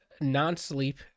non-sleep